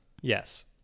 Yes